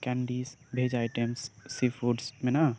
candies ᱵᱷᱮᱡᱽ items seafoods ᱢᱮᱱᱟᱜᱼᱟ